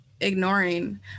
ignoring